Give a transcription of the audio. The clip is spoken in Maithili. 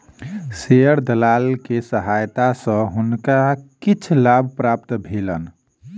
शेयर दलाल के सहायता सॅ हुनका किछ लाभ प्राप्त भेलैन